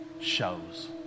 shows